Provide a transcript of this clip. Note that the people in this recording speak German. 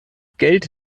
geld